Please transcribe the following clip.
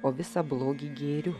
o visą blogį gėriu